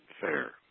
fair